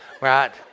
right